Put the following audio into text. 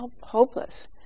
hopeless